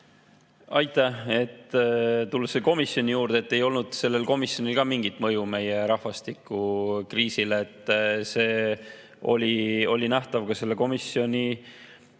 Aitäh! Tulles komisjoni juurde, siis ei olnud sellel komisjonil mingit mõju meie rahvastikukriisile. See oli nähtav ka selle komisjoni